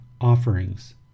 offerings